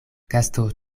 gasto